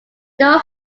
know